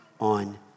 on